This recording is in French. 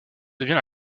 devient